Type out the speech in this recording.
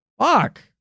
Fuck